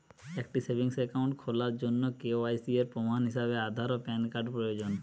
একটি savings account খোলার জন্য কে.ওয়াই.সি এর প্রমাণ হিসাবে আধার ও প্যান কার্ড প্রয়োজন